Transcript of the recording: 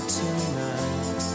tonight